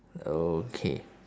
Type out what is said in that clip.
okay